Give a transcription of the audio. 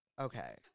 Okay